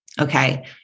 Okay